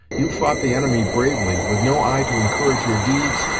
you've fought the enemy bravely, with no eye to encourage your deeds,